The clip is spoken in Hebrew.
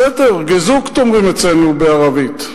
בסדר, געזאגט, אומרים אצלנו בערבית.